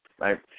right